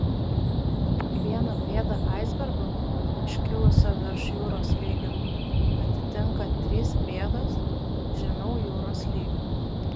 kiekvieną pėdą aisbergo iškilusio virš jūros lygio atitinka trys pėdos žemiau jūros lygio